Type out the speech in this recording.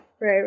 right